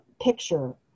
picture